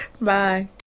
Bye